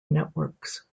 networks